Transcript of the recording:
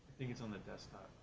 think it's on the desktop.